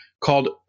called